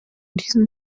diesem